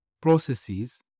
processes